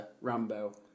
Rambo